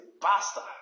bastard